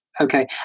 Okay